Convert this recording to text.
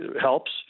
helps